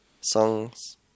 songs